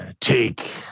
Take